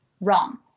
wrong